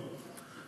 היא